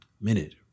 minute